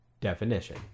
definition